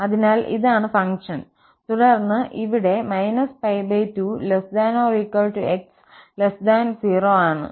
അതിനാൽ ഇതാണ് ഫംഗ്ഷൻ തുടർന്ന് ഈ ഇവിടെ −2≤ x 0 ആണ് ഇത് cosx ആണ്